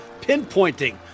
pinpointing